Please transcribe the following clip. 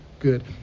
good